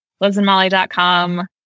LizandMolly.com